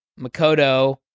Makoto